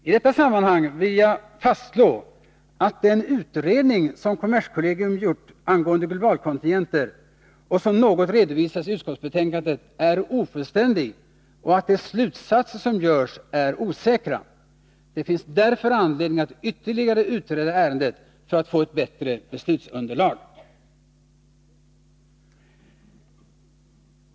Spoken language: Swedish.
I detta sammanhang vill jag fastslå att den utredning som kommerskollegium gjort angående globalkontingenter och som något redovisats i utskottsbetänkandet är ofullständig och att de slutsatser som dras är osäkra. Det finns därför anledning att ytterligare utreda ärendet för att man skall få ett bättre beslutsunderlag.